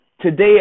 Today